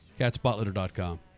CatSpotLitter.com